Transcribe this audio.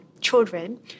children